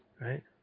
right